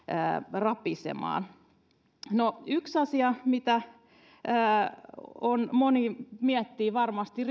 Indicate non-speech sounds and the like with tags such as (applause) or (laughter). rapisemaan no yksi asia mitä moni miettii varmasti (unintelligible)